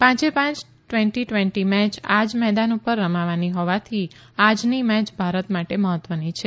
પાંચેપાંચ twenty twenty match આ જ મેદાન પર રમાવાની હોવાથી આજની મેચ ભારત માટે મહત્વની છે